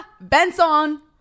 benson